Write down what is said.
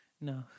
No